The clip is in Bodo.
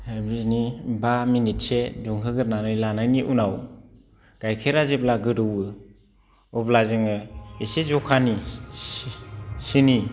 बिनि बा मिनिटसे दुंहोग्रोनानै लाग्रोनायनि उनाव गाइखेरा जेब्ला गोदौवो अब्ला जोङो एसे जखानि सिनि